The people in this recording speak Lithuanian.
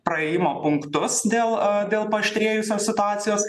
praėjimo punktus dėl dėl paaštrėjusios situacijos